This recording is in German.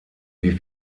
wie